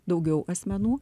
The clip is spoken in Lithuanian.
daugiau asmenų